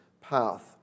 path